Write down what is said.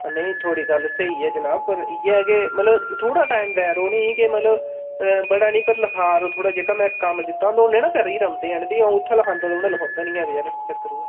नेईं थुहाढ़ी गल्ल स्हेई ऐ जनाब पर इ'यै के मतलब थोह्ड़ा टाइम देआ करो उनें के मतलब बड़ा नी पर लखाऽ करो थोह्ड़ा जेह्का मैं कम्म दित्ता होंदा ना ओह् करियै नी औंदे हैन फ्ही अ'ऊं इत्थै लिखदा रौह्न्नां उ'नें लखोंदा नी ऐ बेचारें चक्कर ओह् ऐ